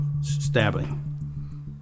stabbing